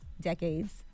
Decades